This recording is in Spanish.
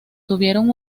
tuvieron